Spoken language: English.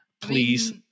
Please